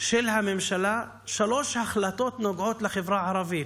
של הממשלה, שלוש החלטות נוגעות לחברה הערבית: